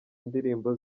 indirimbo